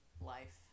life